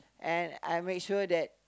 and I make sure that